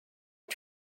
are